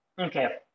okay